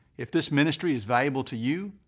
if this ministry is valuable to you,